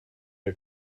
are